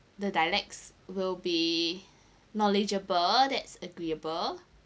the dialects will be knowledgeable that's agreeable